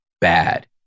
bad